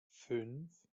fünf